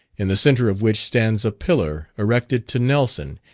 in the centre of which stands a pillar erected to nelson,